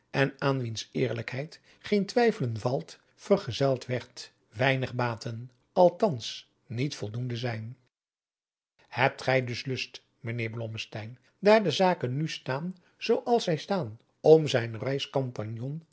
en aan wiens eerlijkheid geen twijfelen valt vergezeld werd weinig baten althans niet voldoende zijn hebt gij dus lust mijnheer blommesteyn daar de zaken nu staan zoo als zij staan om zijn